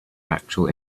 actual